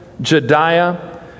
Jediah